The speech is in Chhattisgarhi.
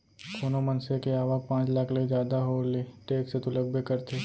कोनो मनसे के आवक पॉच लाख ले जादा हो ले टेक्स तो लगबे करथे